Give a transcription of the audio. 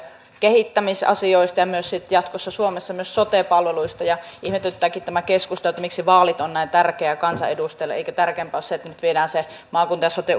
kehittämisasioista ja myös sitten jatkossa suomessa myös sote palveluista ihmetyttääkin tämä keskustelu miksi vaalit ovat näin tärkeät kansanedustajille eikö tärkeämpää ole se että nyt viedään maakunta ja sote